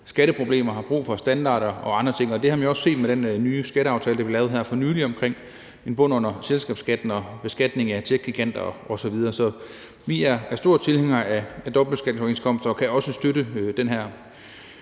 skatteproblemer og har brug for standarder og andre ting, og det har vi jo også set med den nye skatteaftale, der blev lavet her for nylig omkring en bund under selskabsskatten og beskatning af techgiganter osv. Så vi er store tilhængere af dobbeltbeskatningsoverenskomster